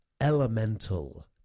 elemental